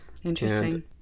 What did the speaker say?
Interesting